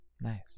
nice